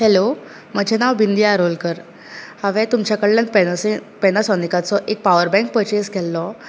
hello म्हजे नांव बिंदिया आरोलकर हांवें तुमचे कडल्यान पेनस पेनसोनीकचो एक पावर बँक परचेस केल्लो